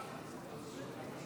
יושב-ראש